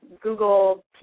Google